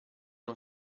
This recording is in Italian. uno